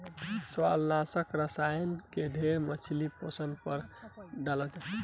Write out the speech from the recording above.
शैवालनाशक रसायन के ढेर मछली पोसला पर डालल जाला